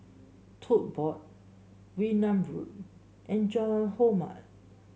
Tote Board Wee Nam Road and Jalan Hormat